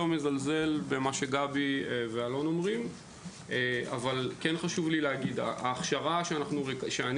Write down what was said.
לא מזלזל במה שגבי ואלון אומרים אבל חשוב לי לומר: ההכשרה שאני